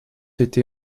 été